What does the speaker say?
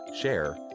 share